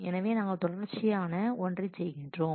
எனவே நாங்கள் தொடர்ச்சியான ஒன்றைச் செய்கிறோம்